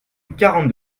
quarante